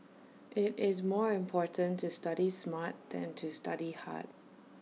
IT is more important to study smart than to study hard